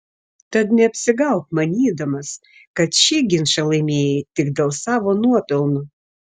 tad neapsigauk manydamas kad šį ginčą laimėjai tik dėl savo nuopelnų